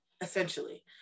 essentially